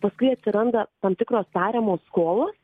paskui atsiranda tam tikros tariamos skolos